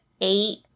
eight